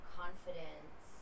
confidence